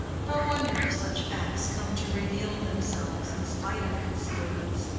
no wonder if such facts come to reveal themselves in spite of concealments.